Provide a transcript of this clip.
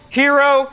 hero